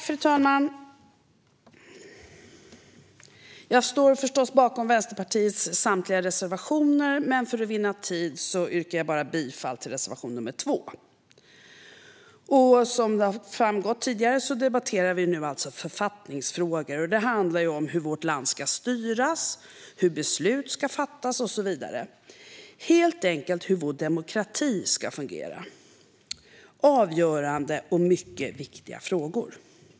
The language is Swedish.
Fru talman! Jag står förstås bakom Vänsterpartiets samtliga reservationer, men för att vinna tid yrkar jag bifall endast till reservation nr 2. Som har framgått tidigare debatterar vi nu författningsfrågor. Det handlar om hur vårt land ska styras, hur beslut ska fattas och så vidare. Det handlar helt enkelt om hur vår demokrati ska fungera. Det är avgörande och mycket viktiga frågor.